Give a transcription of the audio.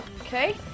Okay